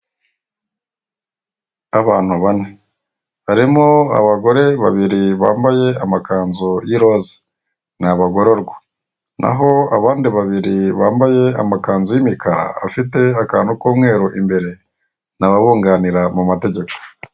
Abantu bane. Harimo abagore babiri bambaye amakanzu y'iroza. Ni abagororwa. Naho abandi babiri bambaye amakanzu y'imikara, afite akantu k'umweru imbere, ni ababunganira mu mategeko.